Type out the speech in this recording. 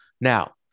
Now